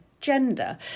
gender